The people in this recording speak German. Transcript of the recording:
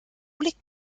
liegt